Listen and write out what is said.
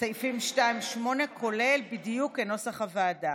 סעיפים 2 עד 8, כולל, בדיוק כנוסח הוועדה.